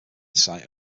site